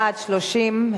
בעד, 30,